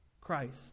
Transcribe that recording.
Christ